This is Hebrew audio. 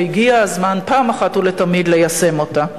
והגיע הזמן פעם אחת ולתמיד ליישם אותה.